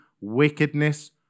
wickedness